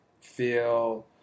feel